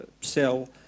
cell